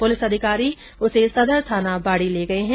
police अधिकारी उसे सदर थाना बाडी ले गये है